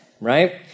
right